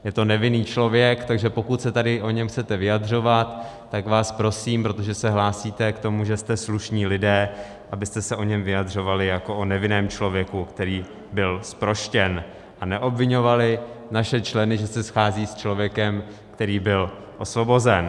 Je to nevinný člověk, takže pokud se tady o něm chcete vyjadřovat, tak vás prosím, protože se hlásíte k tomu, že jste slušní lidé, abyste se o něm vyjadřovali jako o nevinném člověku, který byl zproštěn, a neobviňovali naše členy, že se scházejí s člověkem, který byl osvobozen.